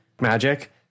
magic